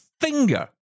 finger